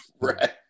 Right